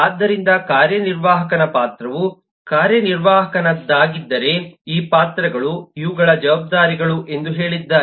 ಆದ್ದರಿಂದ ಕಾರ್ಯನಿರ್ವಾಹಕನ ಪಾತ್ರವು ಕಾರ್ಯನಿರ್ವಾಹಕನದ್ದಾಗಿದ್ದರೆ ಈ ಪಾತ್ರಗಳು ಇವುಗಳು ಜವಾಬ್ದಾರಿಗಳು ಎಂದು ಹೇಳಿದ್ದಾರೆ